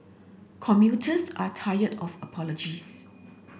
commuters are tired of apologies